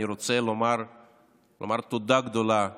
אני רוצה לומר תודה גדולה